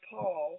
Paul